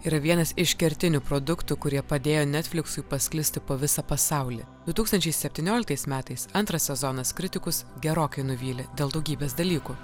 yra vienas iš kertinių produktų kurie padėjo netfliksui pasklisti po visą pasaulį du tūkstančiai septynioliktais metais antras sezonas kritikus gerokai nuvylė dėl daugybės dalykų